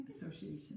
Association